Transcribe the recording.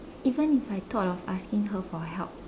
even if I thought of asking her for help